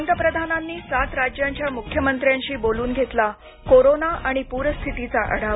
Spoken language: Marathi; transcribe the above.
पंतप्रधानांनी सात राज्यांच्या मुख्यमंत्र्यांशी बोलून घेतला कोरोना आणि प्र स्थितीचा आढावा